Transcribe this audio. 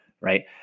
Right